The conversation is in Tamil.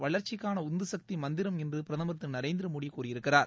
வளர்ச்சிக்கான உந்துசக்தி மந்திரம் என்று பிரதமர் திரு நரேந்திரமோடி கூறியிருக்கிறார்